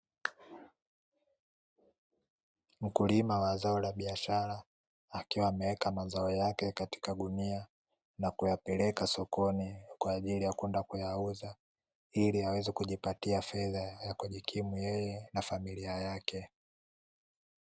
Mkulima wa zao la biashara akiwa ameweka mazao yake katika gunia, na kuyapeleka sokoni kwa ajili ya kuenda kuuza, ili aweze kujipatia fedha ya kujikimu yeye na familia yake.